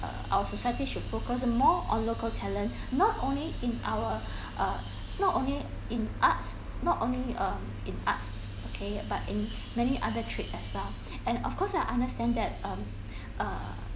uh our society should focus more on local talent not only in our uh not only in arts not only um in arts okay but in many other trade as well and of course I understand that um err